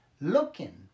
looking